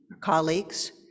colleagues